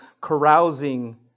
carousing